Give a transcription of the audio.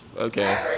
Okay